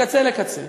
מקצה לקצה.